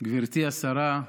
גברתי השרה,